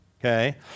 Okay